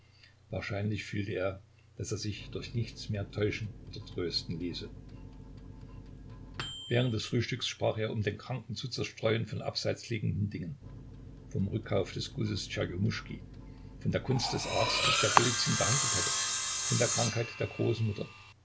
wahrscheinlich fühlte er daß er sich durch nichts mehr täuschen oder trösten ließe während des frühstücks sprach er um den kranken zu zerstreuen von abseitsliegenden dingen vom rückkauf des gutes tscherjomuschki von der kunst des arztes der golizyn behandelt hatte von der krankheit der großmutter